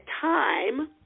time